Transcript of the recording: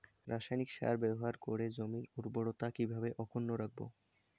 রাসায়নিক সার ব্যবহার করে জমির উর্বরতা কি করে অক্ষুণ্ন রাখবো